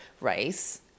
Rice